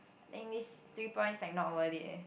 I think this three points like not worth it eh